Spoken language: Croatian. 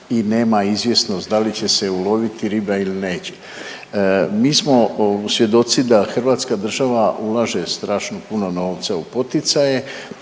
i nema izvjesnost da li će se uloviti riba ili neće. Mi smo svjedoci da hrvatska država ulaže strašno puno novca u poticaje,